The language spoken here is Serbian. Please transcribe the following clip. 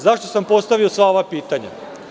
Zašto sam postavio sva ova pitanja?